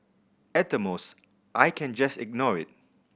at the most I can just ignore it